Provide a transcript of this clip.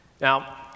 Now